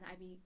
ib